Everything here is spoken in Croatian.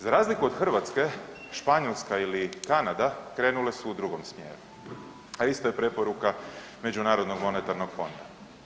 Za razliku od Hrvatske Španjolska ili Kanada krenule su u drugom smjeru, a isto je preporuka Međunarodnog monetarnog fonda.